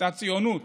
קצת ציונות.